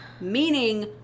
Meaning